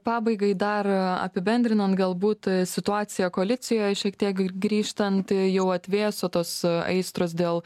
pabaigai dar apibendrinant galbūt situaciją koalicijoje šiek tiek grįžtant jau atvėso tos aistros dėl